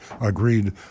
agreed